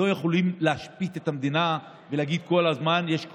אנחנו לא יכולים להשבית את המדינה ולהגיד כל הזמן: יש קורונה,